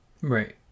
right